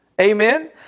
Amen